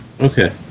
Okay